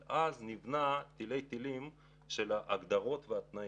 אבל אז נבנים תלי תלים של הגדרות ותנאים.